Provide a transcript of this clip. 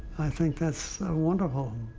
think that's wonderful.